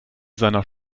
seiner